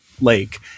lake